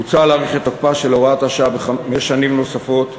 מוצע להאריך את תוקפה של הוראת השעה בחמש שנים נוספות,